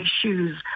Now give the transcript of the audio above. issues